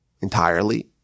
entirely